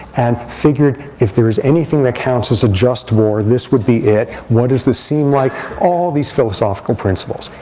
and figured if there is anything that counts as a just war, this would be it. what does this seem like? all these philosophical principles.